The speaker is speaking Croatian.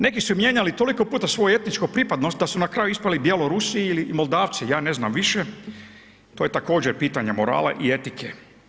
Ne bi se mijenjali toliko puta svoju etničku pripadnost da su nakraju ispali Bjelorusi ili Moldavci, ja ne znam više, to je također pitanje morala i etike.